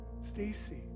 Stacy